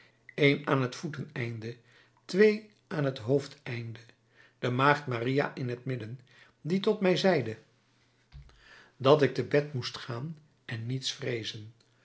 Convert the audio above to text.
één aan het voeteneinde twee aan t hoofdeinde de maagd maria in het midden die tot mij zeide dat ik te bed moest gaan en niets vreezen